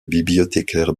bibliothécaire